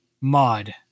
mod